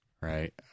Right